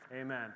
Amen